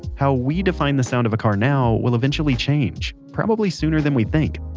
how we define the sound of a car now will eventually change. probably sooner than we think.